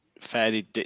fairly